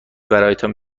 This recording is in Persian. برایتان